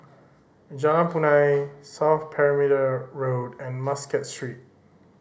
Jalan Punai South Perimeter Road and Muscat Street